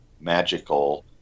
magical